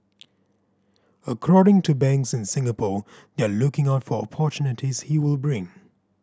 according to banks in Singapore they are looking out for opportunities he will bring